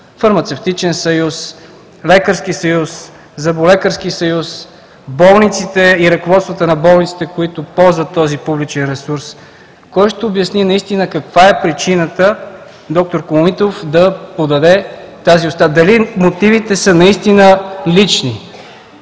Фармацевтичен съюз, Лекарски съюз, Зъболекарски съюз, болниците и ръководствата на болниците, които ползват този публичен ресурс, кой ще обясни каква е причината д р Комитов да подаде тази оставка? Дали мотивите са наистина лични?